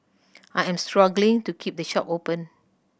I am struggling to keep the shop open